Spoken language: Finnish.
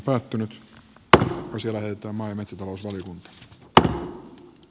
puhemiesneuvosto ehdottaa että maa ja metsätalouselle a